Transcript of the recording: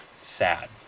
sad